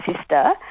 sister